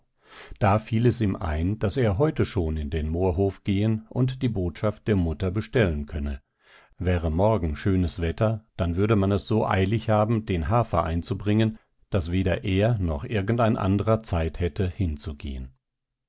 da fiel es ihm ein daß er heute schon in den moorhof gehen und die botschaft der mutter bestellen könne wäre morgen schönes wetter dann würde man es so eilig haben den hafer einzubringen daß weder er noch irgendein andrer zeit hätte hinzugehen